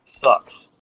Sucks